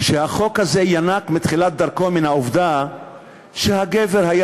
שהחוק הזה ינק בתחילת דרכו מן העובדה שהגבר היה